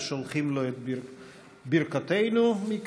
ואנחנו שולחים לו את ברכותינו מכאן,